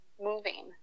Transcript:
moving